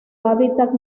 hábitat